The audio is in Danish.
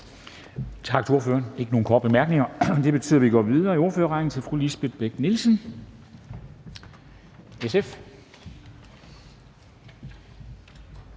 Tak til ordføreren. Der er ikke nogen korte bemærkninger. Det betyder, at vi går videre i ordførerrækken til fru Lisbeth Bech-Nielsen, SF.